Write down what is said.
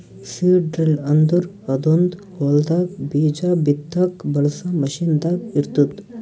seed drill ಅಂದುರ್ ಅದೊಂದ್ ಹೊಲದಾಗ್ ಬೀಜ ಬಿತ್ತಾಗ್ ಬಳಸ ಮಷೀನ್ ದಾಗ್ ಇರ್ತ್ತುದ